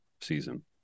season